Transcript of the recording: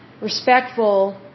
respectful